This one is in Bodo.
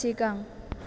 सिगां